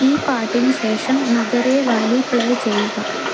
ഈ പാട്ടിന് ശേഷം നഗരെ വാലി പ്ലേ ചെയ്യുക